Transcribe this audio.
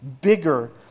bigger